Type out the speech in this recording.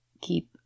keep